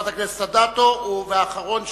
והאחרון שלחץ,